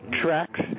tracks